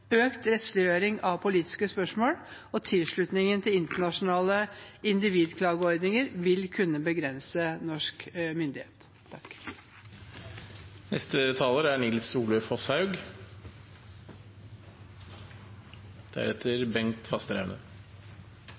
økt rettsliggjøring av politiske spørsmål, og tilslutningen til internasjonale individklageordninger vil kunne begrense norsk myndighet.